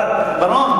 חבר הכנסת בר-און,